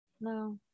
No